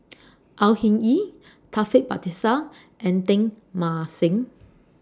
Au Hing Yee Taufik Batisah and Teng Mah Seng